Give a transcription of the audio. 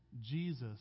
Jesus